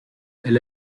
elle